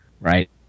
Right